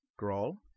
Grawl